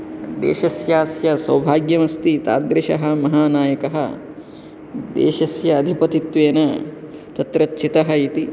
देशस्यास्य सौभाग्यमस्ति तादृशः महानायकः देशस्य अधिपतित्वेन तत्र चितः इति